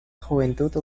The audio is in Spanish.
juventud